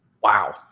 Wow